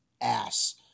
ass